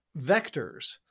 vectors